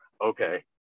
Okay